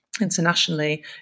internationally